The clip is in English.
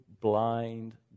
blind